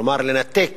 כלומר לנתק